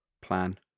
plan